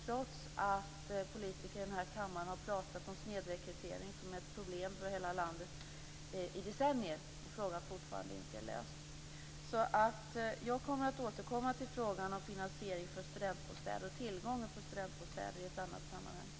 Trots att politiker i den här kammaren har pratat om snedrekrytering som ett problem för hela landet i decennier är frågan fortfarande inte löst. Jag kommer att återkomma till frågan om finansiering av studentbostäder och tillgången på studentbostäder i ett annat sammanhang.